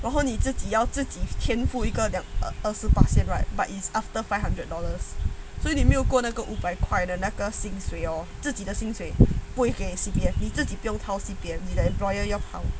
然后你自己要自己填补一个量二十八仙 right but it's after five hundred dollars 所以你没有过那个五百块的那个薪水 hor 自己的薪水不会给 C_P_F 你自己不用陶 C_P_F 你的 employer 要陶